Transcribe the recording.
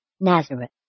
Nazareth